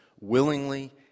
willingly